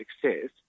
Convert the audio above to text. success